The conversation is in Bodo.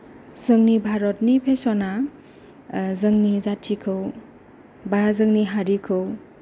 जोंनि भारतनि फेसना ओ जोंनि जाथिखौ बा जोंनि हारिखौ